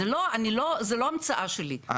זו לא המצאה שלי,